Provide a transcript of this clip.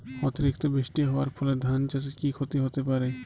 অতিরিক্ত বৃষ্টি হওয়ার ফলে ধান চাষে কি ক্ষতি হতে পারে?